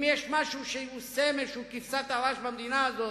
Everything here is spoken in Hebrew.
אם יש משהו שהוא סמל והוא כבשת הרש במדינה הזאת,